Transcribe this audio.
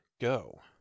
go